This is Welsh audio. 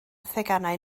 theganau